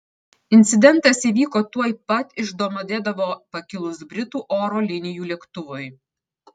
incidentas įvyko tuoj pat iš domodedovo pakilus britų oro linijų lėktuvui